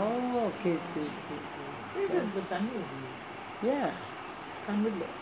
oh okay okay ஏன்:yaen